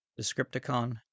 Descripticon